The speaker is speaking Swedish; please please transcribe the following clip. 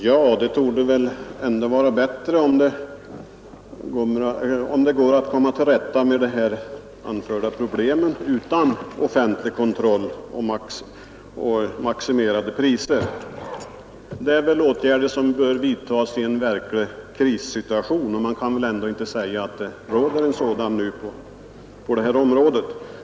Herr talman! Det är väl bättre om det går att komma till rätta med de här anförda problemen utan offentlig kontroll och maximerade priser. Dylika åtgärder bör väl vidtas först i en krissituation, och man kan inte säga att det råder en sådan nu på det här området.